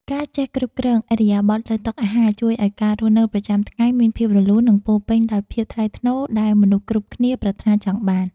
ការចេះគ្រប់គ្រងឥរិយាបថលើតុអាហារជួយឱ្យការរស់នៅប្រចាំថ្ងៃមានភាពរលូននិងពោរពេញដោយភាពថ្លៃថ្នូរដែលមនុស្សគ្រប់គ្នាប្រាថ្នាចង់បាន។